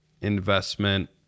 investment